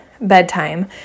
bedtime